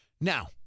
Now